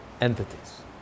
entities